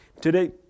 Today